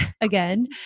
again